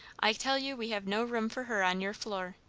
i tell you we have no room for her on your floor.